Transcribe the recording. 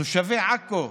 תושבי עכו,